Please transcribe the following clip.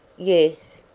yes.